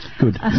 Good